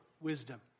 wisdom